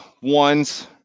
ones